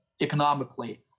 economically